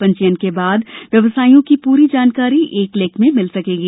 पंजीयन के बाद व्यवसायियों की पूरी जानकारी एक क्लिक में मिल सकेगी